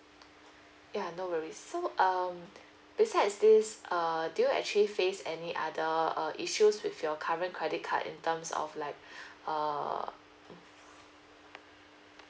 ya no worries so um besides this err do you actually face any other uh issues with your current credit card in terms of like err mm